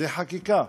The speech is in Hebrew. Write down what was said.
חקיקה.